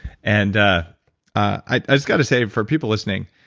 and i just gotta say for people listening,